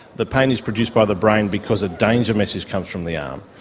the pain is produced by the brain because a danger message comes from the arm.